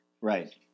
Right